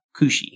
Kushi